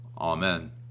Amen